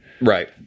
right